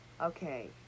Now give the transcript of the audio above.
Okay